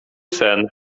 sen